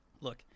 Look